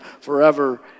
forever